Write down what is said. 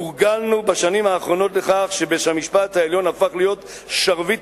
הורגלנו בשנים האחרונות לכך שבית-המשפט העליון הפך להיות שרביט